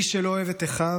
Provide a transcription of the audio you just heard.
מי שלא אוהב את אחיו,